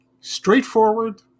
straightforward